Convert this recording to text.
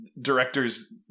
directors –